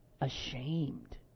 ashamed